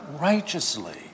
righteously